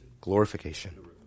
Glorification